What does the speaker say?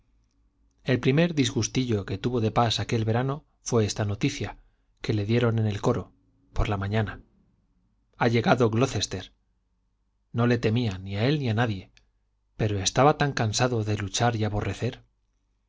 el primer disgustillo que tuvo de pas aquel verano fue esta noticia que le dieron en el coro por la mañana ha llegado glocester no le temía ni a él ni a nadie pero estaba tan cansado de luchar y aborrecer